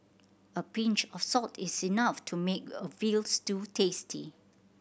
a pinch of salt is enough to make a veal stew tasty